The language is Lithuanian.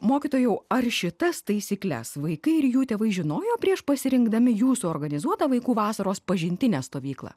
mokytojau ar šitas taisykles vaikai ir jų tėvai žinojo prieš pasirinkdami jūsų organizuotą vaikų vasaros pažintinę stovyklą